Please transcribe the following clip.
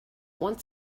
want